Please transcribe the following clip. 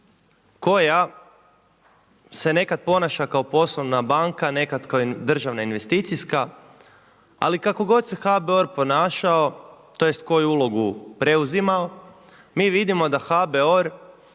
koja se nekada ponaša kao poslovna banka, nekad kao državna investicijska, ali kako god se HBOR ponašao, tj. koju ulogu preuzimao, mi vidimo da HBOR